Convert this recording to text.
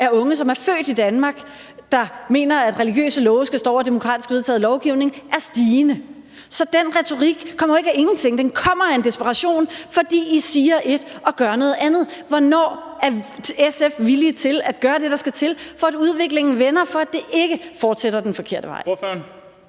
baggrund, som er født i Danmark, og som mener, at religiøse love skal stå over demokratisk vedtaget lovgivning, er stigende. Så den retorik kommer jo ikke af ingenting, men den kommer af en desperation, fordi I siger ét og gør noget andet. Hvornår er SF villige til at gøre det, der skal til, for at udviklingen vender, og for at det ikke fortsætter den forkerte vej?